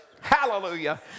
Hallelujah